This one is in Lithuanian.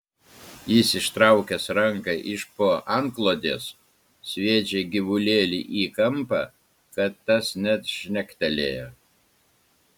jis ištraukęs ranką iš po antklodės sviedžia gyvulėlį į kampą kad tas net žnektelėja